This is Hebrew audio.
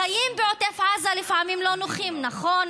החיים בעוטף עזה לפעמים לא נוחים, נכון?